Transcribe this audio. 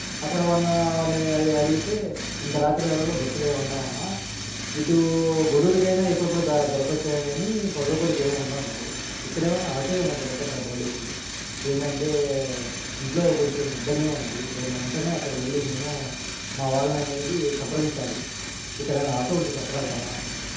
అక్కడ ఉన్న వాళ్ళని అదే అడిగితే ఇంత రాత్రి వేళళ్ళో బస్సులేం ఉండవమ్మా ఇటు గూడూరికైనా ఎప్పుడప్పుడు ద దొరకచ్చేమో గానీ పొదలకూరుకి ఏం ఉండవన్నారు ఇక్కడేవన్న ఆటో ఏమైనా దొరకద్దా బాడుగకి ఏందంటే ఇంట్లో కొంచెం ఇబ్బందిగా ఉంది వెళ్ళ వెంటనే అక్కడ వెళ్ళి నేను మా వాళ్ళననేది సంప్రదించాలి ఇక్కడేమన్నా ఆటో ఉంటే చెప్పగలతారా